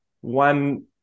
One